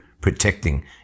protecting